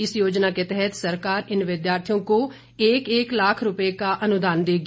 इस योजना के तहत सरकार इन विद्यार्थियों को एक एक लाख रूपए का अनुदान देगी